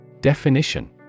Definition